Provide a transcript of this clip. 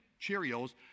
Cheerios